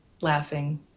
laughing